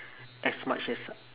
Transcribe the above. as much as